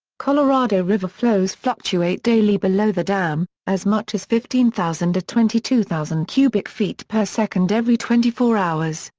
colorado river flows fluctuate daily below the dam, as much as fifteen thousand to twenty two thousand cubic feet per second every twenty four hours,